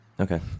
Okay